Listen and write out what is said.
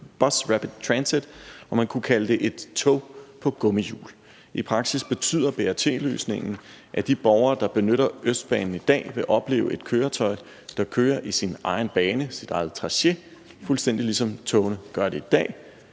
Bus Rapid Transit, og man kunne kalde det et tog på gummihjul. I praksis betyder BRT-løsningen, at de borgere, der benytter Østbanen i dag, vil opleve et køretøj, der kører i sin egen bane, sit eget tracé, fuldstændig ligesom togene gør det i dag,